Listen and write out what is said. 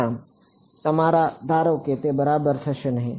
ના તમારા ધારો કે તે બરાબર થશે નહીં